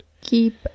keep